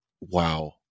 wow